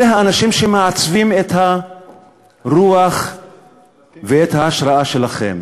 אלה האנשים שמעצבים את הרוח ואת ההשראה שלכם.